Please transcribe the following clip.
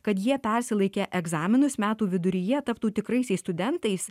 kad jie persilaikę egzaminus metų viduryje taptų tikraisiais studentais